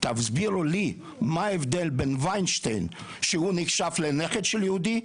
תסבירו לי מה ההבדל בין ויינשטיין שהוא נחשב לנכד של יהודי,